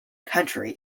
country